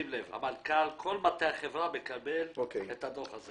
המנכ"ל, כל מטה החברה מקבל את הדוח הזה.